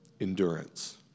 endurance